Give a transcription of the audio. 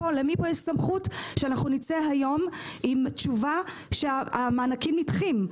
למי פה יש סמכות שאנחנו נצא היום עם תשובה שהמענקים נדחים?